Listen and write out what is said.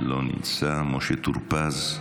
לא נמצא, משה טור פז,